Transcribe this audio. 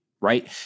right